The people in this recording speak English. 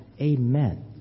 Amen